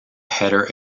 header